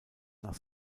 nach